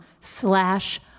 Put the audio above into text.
slash